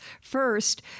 First